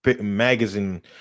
magazine